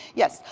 yes,